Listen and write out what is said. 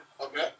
Okay